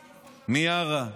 מיארה,